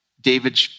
David